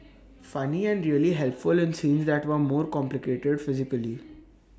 funny and really helpful in scenes that were more complicated physically